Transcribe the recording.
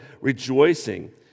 rejoicing